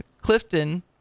Clifton